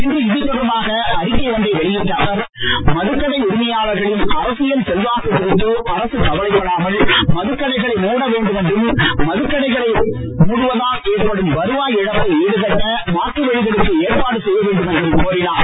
இன்று இது தொடர்பாக அறிக்கை ஒன்றை வெளியிட்ட அவர் மதுக்கடை உரிமையாளர்களின் அரசியல் செல்வாக்கு குறித்து அரசு கவலைப்படாமல் மதுக்கடைகளை மூட வேண்டும் என்றும் மதுக்கடைகளை மூடுவதால் ஏற்படும் வருவாய் இழப்பை ஈடுகட்ட மாற்று வழிகளுக்கு ஏற்பாடு செய்ய வேண்டும் என்றும் கோரினார்